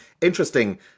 interesting